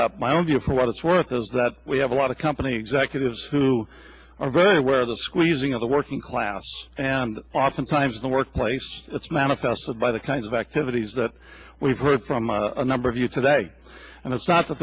and my own view for what it's worth is that we have a lot of company executives who are very aware of the squeezing of the working class and oftentimes in the workplace that's manifested by the kinds of activities that we've heard from a number of you today and it's not th